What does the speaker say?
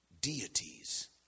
deities